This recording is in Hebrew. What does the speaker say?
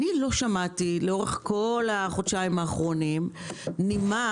אני לא שמעתי לאורך כל החודשיים האחרונים נימה